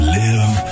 live